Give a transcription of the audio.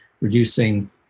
reducing